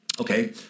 Okay